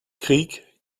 krieg